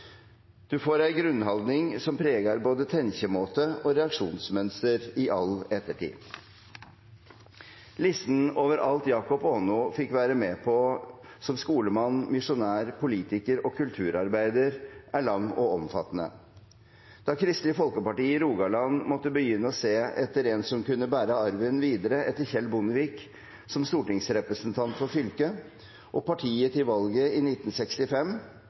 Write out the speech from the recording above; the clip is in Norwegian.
Du får ei grunnhaldning som pregar både tenkjemåte og reaksjonsmønster i all ettertid.» Listen over alt Jakob Aano fikk være med på som skolemann, misjonær, politiker og kulturarbeider, er lang og omfattende. Da Kristelig Folkeparti i Rogaland måtte begynne å se etter en som kunne bære arven videre etter Kjell Bondevik som stortingsrepresentant for fylket og partiet til valget i 1965,